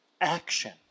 action